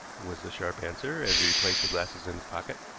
was the sharp answer as he replaced the glasses in his pocket.